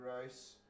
rice